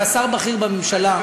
אתה שר בכיר בממשלה,